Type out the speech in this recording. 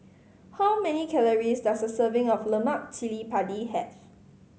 how many calories does a serving of lemak cili padi have